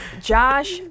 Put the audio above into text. Josh